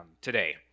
today